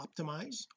optimize